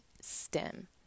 STEM